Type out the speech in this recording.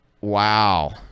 wow